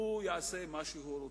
הוא יעשה מה שהוא רוצה.